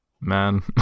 man